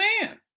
man